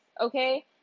Okay